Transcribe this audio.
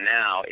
now